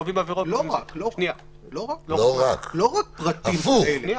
קובעים עבירות --- לא רק פרטים כאלה.